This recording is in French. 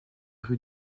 rue